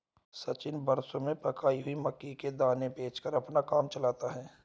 सचिन बसों में पकाई हुई मक्की के दाने बेचकर अपना काम चलाता है